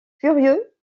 furieux